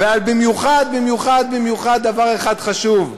ובמיוחד במיוחד, דבר אחד חשוב,